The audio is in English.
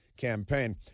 campaign